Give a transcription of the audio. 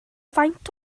faint